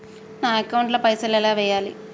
నా అకౌంట్ ల పైసల్ ఎలా వేయాలి?